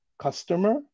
customer